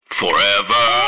forever